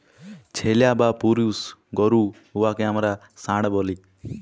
ছেইল্যা বা পুরুষ গরু উয়াকে আমরা ষাঁড় ব্যলি